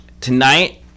Tonight